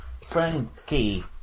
Frankie